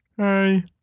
Hi